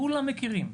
כולם מכירים.